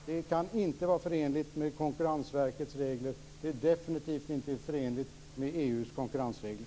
Det kan inte vara förenligt med Konkurrensverkets regler. Det är definitivt inte förenligt med EU:s konkurrensregler.